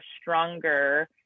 stronger